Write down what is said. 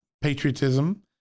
patriotism